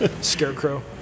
scarecrow